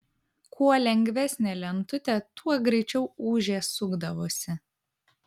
kuo lengvesnė lentutė tuo greičiau ūžė sukdavosi